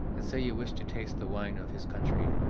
and say you wish to taste the wine of his country.